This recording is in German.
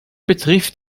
betrifft